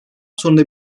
sonra